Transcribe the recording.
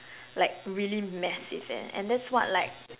like really massive leh and that's what like